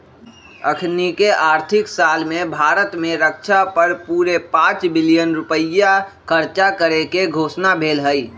अखनीके आर्थिक साल में भारत में रक्षा पर पूरे पांच बिलियन रुपइया खर्चा करेके घोषणा भेल हई